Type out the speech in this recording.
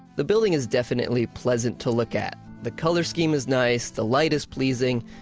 the building is definitely pleasant to look at. the color scheme is nice, the light is pleasing.